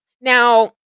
Now